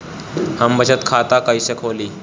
हम बचत खाता कईसे खोली?